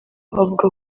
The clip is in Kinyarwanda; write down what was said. avuga